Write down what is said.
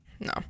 No